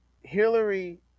Hillary